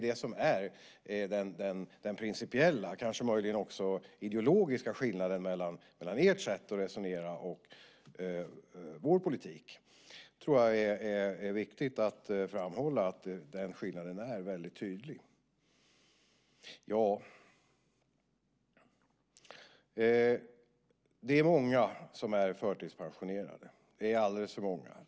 Det är den principiella, och möjligen också den ideologiska, skillnaden mellan ert sätt att resonera och vår politik. Jag tror att det är viktigt att framhålla att den skillnaden är väldigt tydlig. Ja, det är många som är förtidspensionerade - alldeles för många.